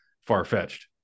far-fetched